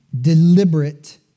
deliberate